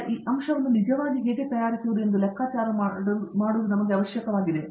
ಈಗ ಈ ಅಂಶವನ್ನು ನಿಜವಾಗಿ ಹೇಗೆ ತಯಾರಿಸುವುದು ಎಂದು ಲೆಕ್ಕಾಚಾರ ಮಾಡಲು ನಮಗೆ ಅವಶ್ಯಕವಾಗಿದೆ